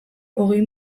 hogei